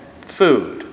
Food